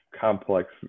complex